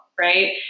right